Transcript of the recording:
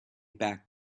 back